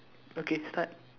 okay start